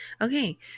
Okay